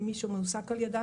ממי שמועסק על ידן,